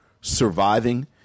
surviving